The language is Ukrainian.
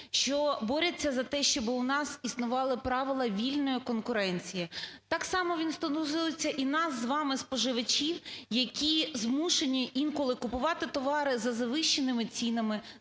що борються за те, щоб у нас існували правила вільної конкуренції. Так само він стосується і нас з вами, споживачів, які змушені інколи купувати товари за завищеними цінами,